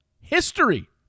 history